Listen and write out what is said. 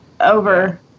over